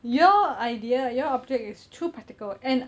your idea your object is too practical and